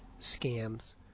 scams